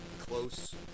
close